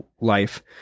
life